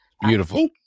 Beautiful